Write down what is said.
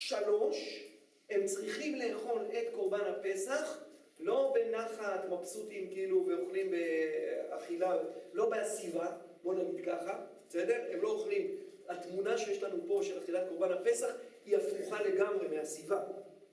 שלוש, הם צריכים לאכול את קורבן הפסח לא בנחת, מבסוטים כאילו, ואוכלים באכילה, לא בהסיבה, בוא נגיד ככה, בסדר, הם לא אוכלים, התמונה שיש לנו פה של אכילת קורבן הפסח היא הפוכה לגמרי מהסיבה